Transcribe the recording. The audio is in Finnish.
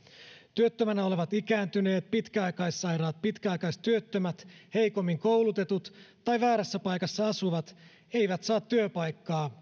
työttömänä olevat ikääntyneet pitkäaikaissairaat pitkäaikaistyöttömät heikommin koulutetut tai väärässä paikassa asuvat eivät saa työpaikkaa